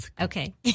Okay